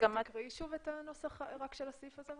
תקריאי שוב את הנוסח של הסעיף הזה.